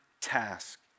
task